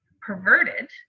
perverted